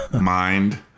mind